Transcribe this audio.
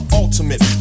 ultimate